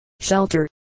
shelter